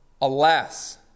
alas